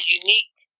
unique